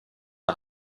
der